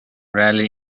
rarely